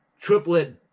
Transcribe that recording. triplet